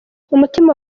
umutima